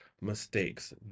mistakes